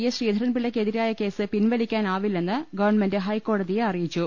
S ശ്രീധരൻപ്പിള്ളക്കെതിരായ case പിൻവലിക്കാനാവില്ലെന്ന് government ഹൈക്കോടതിയെ അറിയിച്ചു